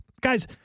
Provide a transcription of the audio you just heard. Guys